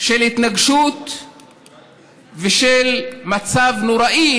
של התנגשות ושל מצב נוראי,